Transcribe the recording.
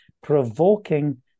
provoking